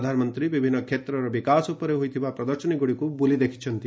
ପ୍ରଧାନମନ୍ତ୍ରୀ ବିଭିନ୍ନ କ୍ଷେତ୍ରର ବିକାଶ ଉପରେ ହୋଇଥିବା ପ୍ରଦର୍ଶନୀଗୁଡ଼ିକୁ ବୁଲି ଦେଖିଛନ୍ତି